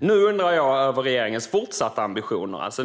nu undrar jag över regeringens fortsatta ambitioner.